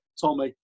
Tommy